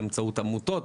באמצעות עמותות,